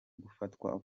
gufatwa